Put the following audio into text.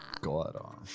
God